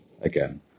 Again